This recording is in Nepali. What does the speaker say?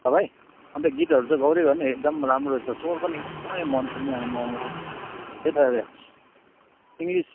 ल भाइ अनि त गीतहरू चाहिँ गाउँदै गर्नु है एकदम राम्रो छ स्वर पनि एकदमै राम्रो मन पर्ने आम्मामा त्यही त इङ्लिस